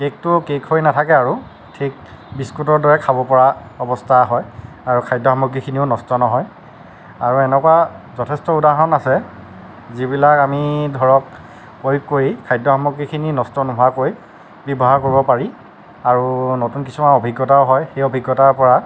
কেকেটো cake হৈ নাথাকে আৰু ঠিক বিস্কুটৰ দৰে খাব পৰা অৱস্থা হয় আৰু খাদ্য সামগ্ৰীখিনিও নষ্ট নহয় আৰু এনেকুৱা যথেষ্ট উদাহৰণ আছে যিবিলাক আমি ধৰক প্ৰয়োগ কৰি খাদ্য সামগ্ৰীখিনি নষ্ট নোহোৱাকৈ ব্যৱহাৰ কৰিব পাৰি আৰু নতুন কিছুমান অভিজ্ঞতা হয় সেই অভিজ্ঞতাৰ পৰা